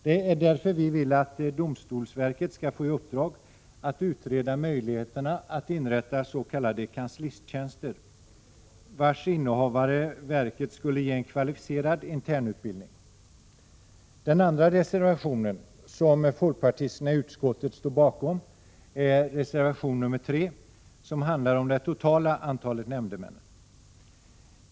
Det är därför vi vill att domstolsverket skall få i uppdrag att utreda möjligheterna att inrätta s.k. kanslisttjänster, vilkas innehavare verket skulle ge en kvalificerad internutbildning. Reservation 3 står vi folkpartister som sagt också bakom. Den handlar om det totala antalet nämndemän.